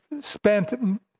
spent